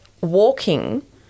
walking